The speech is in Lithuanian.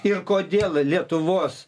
ir kodėl lietuvos